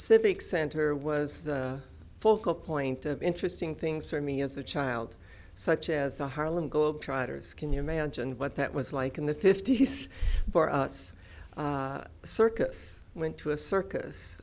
civic center was the focal point of interesting things to me as a child such as the harlem globetrotters can you imagine what that was like in the fifty's for us circus went to a circus